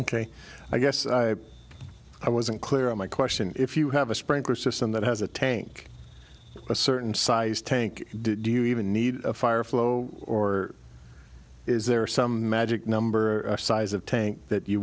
ok i guess i wasn't clear on my question if you have a sprinkler system that has a tank a certain size tank do you even need a fire flow or is there some magic number or size of tank that you